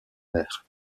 mère